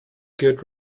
good